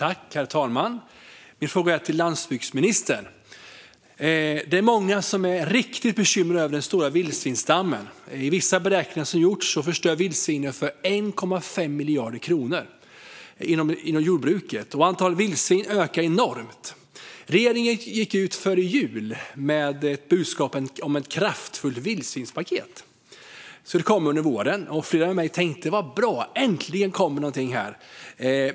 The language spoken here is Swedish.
Herr talman! Min fråga är till landsbygdsministern. Det är många som är riktigt bekymrade över den stora vildsvinsstammen. Enligt vissa beräkningar som gjorts förstör vildsvinen för 1,5 miljarder kronor inom jordbruket, och antalet vildsvin ökar enormt. Regeringen gick före jul ut med ett budskap om ett kraftfullt vildsvinsspaket. Det skulle komma under våren, och flera med mig tänkte: Vad bra - äntligen kommer något här!